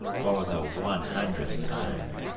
for the wan hundredth time,